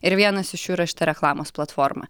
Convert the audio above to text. ir vienas iš jų yra šita reklamos platforma